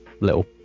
little